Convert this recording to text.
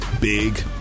Big